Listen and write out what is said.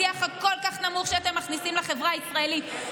השיח הנמוך כל כך שאתם מכניסים לחברה הישראלית,